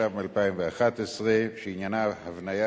אדוני היושב-ראש, אדוני השר,